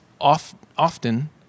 often